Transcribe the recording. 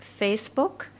facebook